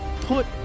put